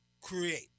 create